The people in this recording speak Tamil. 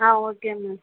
ah okay ma'am